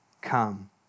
come